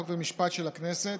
חוק ומשפט של הכנסת,